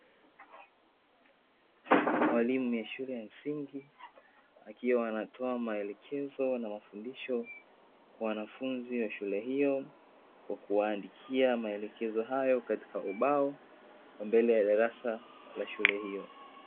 Mwalimu wa shule ya msingi akiwa anatoa maelekezo na mafundisho kwa wanafunzi wa shule hio kwa kuwaandikia maelekezo hao katika ubao wa mbele ya darasa la shule hio.